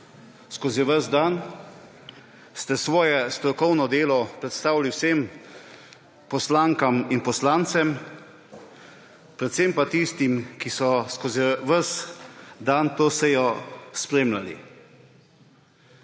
Skozi ves dan ste svoje strokovno delo predstavili vsem poslankam in poslancem, predvsem pa tistim, ki so skozi ves dan to sejo spremljali.